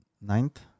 ninth